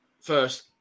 first